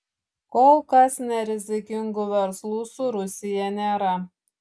kol kas nerizikingų verslų su rusija nėra